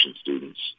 students